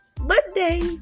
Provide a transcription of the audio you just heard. Monday